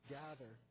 gather